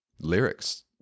lyrics